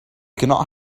cannot